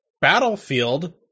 Battlefield